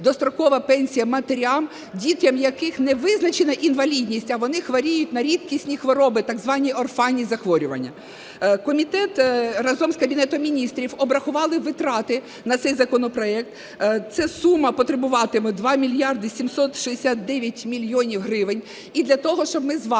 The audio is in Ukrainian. дострокова пенсія матерям, дітям яких не визначена інвалідність, а вони хворіють на рідкісні хвороби, так звані орфанні захворювання. Комітет разом з Кабінетом Міністрів обрахували витрати на цей законопроект, ця сума потребуватиме 2 мільярди 769 мільйонів гривень.